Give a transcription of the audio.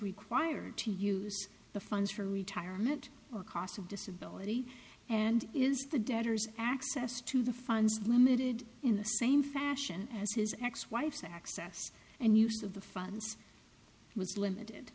required to use the funds for retirement or cost of disability and is the debtors access to the funds limited in the same fashion as his ex wife's access and use of the funds was limited